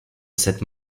cette